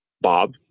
bob